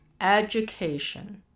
education